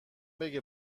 بگه